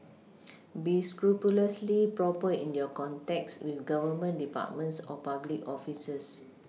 be scrupulously proper in your contacts with Government departments or public officers